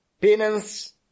penance